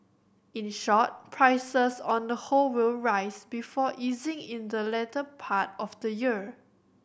in short prices on the whole will rise before easing in the latter part of the year